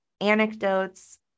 anecdotes